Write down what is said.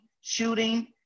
shooting